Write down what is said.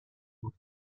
بود